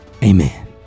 Amen